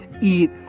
Eat